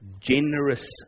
generous